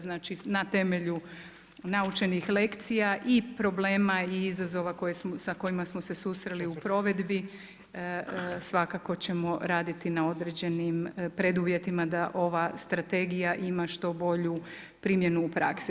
Znači na temelju naučenih lekcija i problema i izazova sa kojima smo se susreli u provedbi svakako ćemo raditi na određenim preduvjetima da ova strategija ima što bolju primjenu u praksi.